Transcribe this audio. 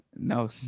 No